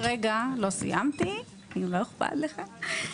רק רגע, לא סיימתי, אם לא אכפת לך.